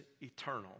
eternal